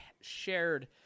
shared